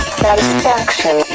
satisfaction